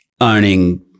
owning